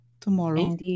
tomorrow